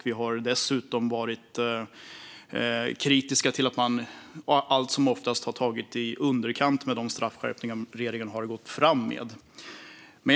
Vi har dessutom varit kritiska till att de straffskärpningar som regeringen har gått fram med allt som oftast har varit i underkant.